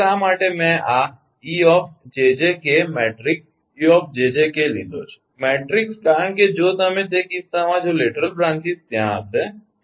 તેથી શા માટે મેં આ 𝑒 𝑗𝑗 𝑘 મેટ્રિક્સ 𝑒 𝑗𝑗 𝑘 લીધો છે મેટ્રિક્સ કારણ કે જો તમે તે કિસ્સામાં જો લેટરલ બ્રાંચીસ ત્યાં હશે